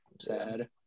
sad